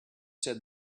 said